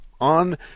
on